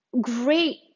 great